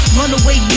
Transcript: runaway